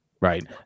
right